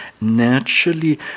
naturally